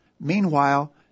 Meanwhile